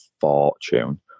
fortune